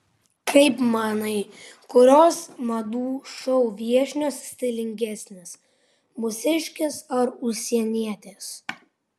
kaip manai kurios madų šou viešnios stilingesnės mūsiškės ar užsienietės